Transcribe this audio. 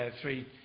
three